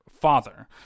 father